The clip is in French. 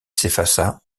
s’effaça